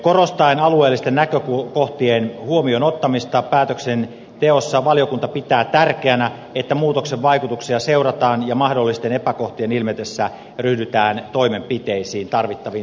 korostaen alueellisten näkökohtien huomioon ottamista päätöksenteossa valiokunta pitää tärkeänä että muutoksen vaikutuksia seurataan ja mahdollisten epäkohtien ilmetessä ryhdytään toimenpiteisiin tarvittaviin sellaisiin